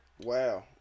Wow